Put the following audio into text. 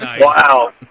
Wow